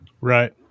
Right